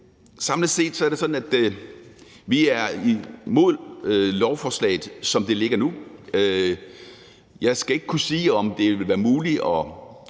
samlet set er det sådan, at vi er imod lovforslaget, som det ligger nu. Jeg skal ikke kunne sige, om det vil være muligt at